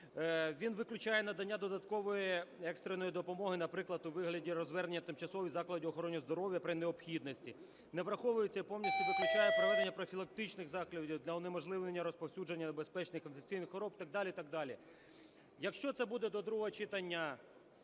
він виключає надання додаткової екстреної допомоги, наприклад, у вигляді розвернення тимчасових закладів охорони здоров'я при необхідності. Не враховується і повністю виключає проведення профілактичних заходів для унеможливлення розповсюдження безпечних інфекційних хвороб і так далі, так далі. Якщо це буде до другого читання